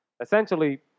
Essentially